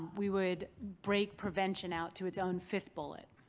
we would break prevention out to its own fifth bullet.